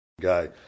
guy